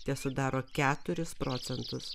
tesudaro keturis procentus